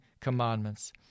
commandments